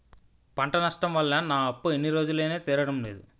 పంట నష్టం వల్ల నా అప్పు ఎన్ని రోజులైనా తీరడం లేదు